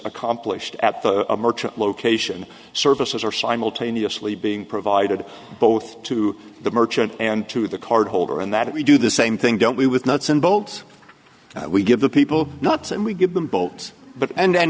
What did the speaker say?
accomplished at a merchant location services are simultaneously being provided both to the merchant and to the card holder and that we do the same thing don't we with nuts and bolts we give the people nuts and we give them bolt but and